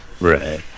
Right